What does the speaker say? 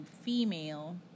female